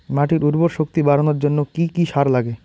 মাটির উর্বর শক্তি বাড়ানোর জন্য কি কি সার লাগে?